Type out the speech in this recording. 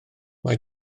mae